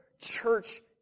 church